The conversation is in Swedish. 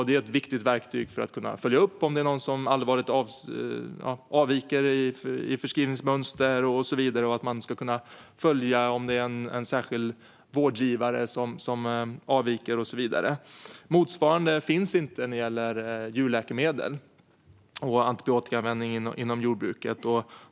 Det är ett viktigt verktyg för att kunna följa upp om det är någon som allvarligt avviker i förskrivningsmönster, om det är en särskild vårdgivare som avviker och så vidare. Motsvarande finns inte när det gäller djurläkemedel och antibiotikaanvändning inom jordbruket.